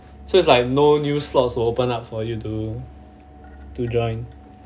so it's like no new slots will open up for you to to join